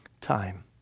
time